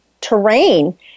terrain